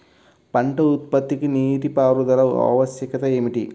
పంట ఉత్పత్తికి నీటిపారుదల ఆవశ్యకత ఏమిటీ?